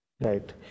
Right